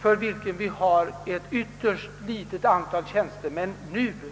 för vilken vi redan nu har ett ytterst ringa antal tjänstemän till förfogande.